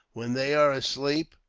when they are asleep,